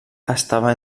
estava